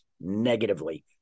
negatively